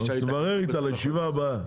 אז תברר איתה לישיבה הבאה.